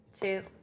two